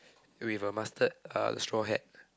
with a mustard uh straw hat